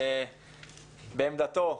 בעמדתו,